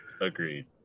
Agreed